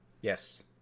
Yes